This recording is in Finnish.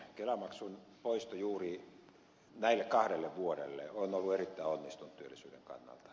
kelamaksun poisto juuri näille kahdelle vuodelle on ollut erittäin onnistunut työllisyyden kannalta